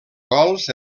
gols